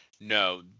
No